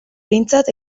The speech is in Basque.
behintzat